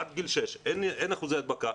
עד גיל שש אין אחוזי הדבקה,